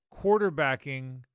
quarterbacking